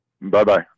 Bye-bye